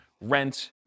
rent